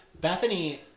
Bethany